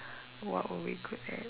what were we good at